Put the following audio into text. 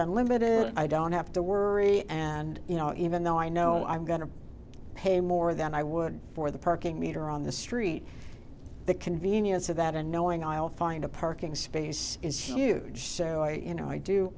unlimited i don't have to worry and you know even though i know i'm going to pay more than i would for the parking meter on the street the convenience of that and knowing i'll find a parking space is huge show you know i do